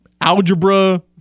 Algebra